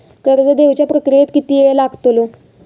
कर्ज देवच्या प्रक्रियेत किती येळ लागतलो?